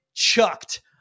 chucked